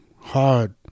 hard